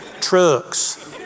trucks